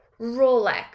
rolex